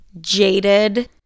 jaded